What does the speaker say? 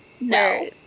No